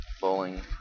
Bowling